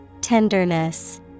Tenderness